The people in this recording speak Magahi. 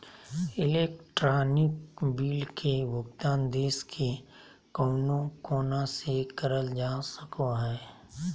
इलेक्ट्रानिक बिल के भुगतान देश के कउनो कोना से करल जा सको हय